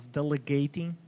delegating